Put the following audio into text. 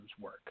work